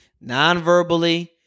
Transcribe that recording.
non-verbally